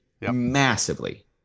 massively